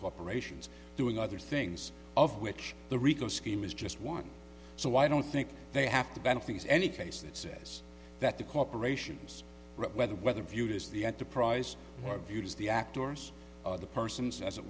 the operations doing other things of which the rico scheme is just one so i don't think they have to benefits any case that says that the corporations whether whether viewed as the enterprise are viewed as the actors the persons as